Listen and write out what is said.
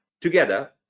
together